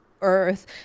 earth